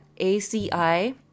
ACI